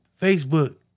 Facebook